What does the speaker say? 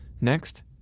Next